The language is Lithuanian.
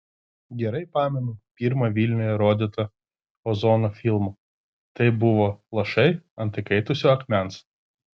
gerai pamenu pirmą vilniuje rodytą ozono filmą tai buvo lašai ant įkaitusio akmens